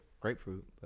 grapefruit